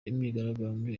imyigaragambyo